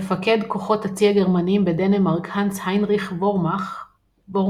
מפקד כוחות הצי הגרמניים בדנמרק הנס-היינריך וורמבך